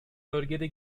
bölgede